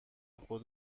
خود